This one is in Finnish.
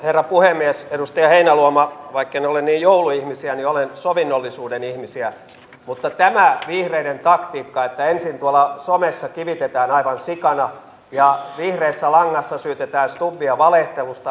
ja siinä suhteessa minä kiitän kyllä maijalaa että tämä on oikea periaate tämä kielikoulutus on avain koko tähän hommaan ja sen me olemme kyllä täysin missanneet